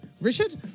Richard